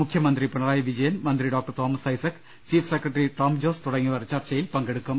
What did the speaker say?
മുഖ്യമന്ത്രി പിണ റായി വിജയൻ മന്ത്രി doctor Thomas Isaac chief secretary Tom Jose തുടങ്ങിയവർ ചർച്ചയിൽ പങ്കെടുക്കും